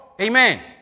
Amen